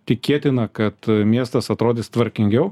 tikėtina kad miestas atrodys tvarkingiau